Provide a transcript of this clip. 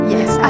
Yes